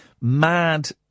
mad